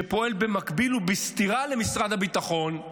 שפעל במקביל ובסתירה למשרד הביטחון",